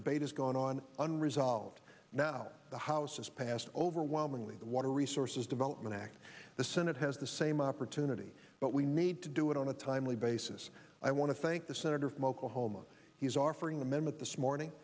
debate has gone on unresolved now the house has passed overwhelmingly the water resources development act the senate has the same opportunity but we need to do it on a timely basis i want to thank the senator from oklahoma he's offering a member of this morning